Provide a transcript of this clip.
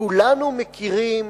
כולנו מכירים